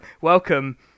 Welcome